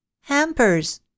Hampers